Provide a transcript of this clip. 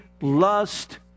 lust